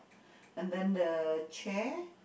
and then the chair